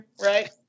Right